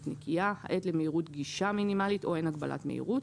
נקייה (9)האט למהירות גישה מינימלית (10)אין הגבלת מהירות